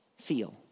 feel